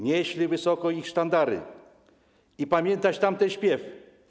Nieść wysoko ich sztandary i pamiętać tamten śpiew.